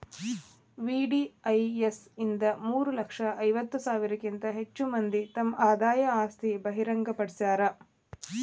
VDIS ಇಂದ ಮೂರ ಲಕ್ಷ ಐವತ್ತ ಸಾವಿರಕ್ಕಿಂತ ಹೆಚ್ ಮಂದಿ ತಮ್ ಆದಾಯ ಆಸ್ತಿ ಬಹಿರಂಗ್ ಪಡ್ಸ್ಯಾರ